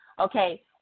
Okay